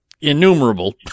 innumerable